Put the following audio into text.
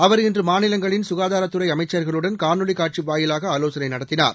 அவா் இன்று மாநிலங்களின் க்காதாரத்துறை அமைச்ச்களுடன் காணொலி காட்சி வாயிலாக ஆலோசனை நடத்தினார்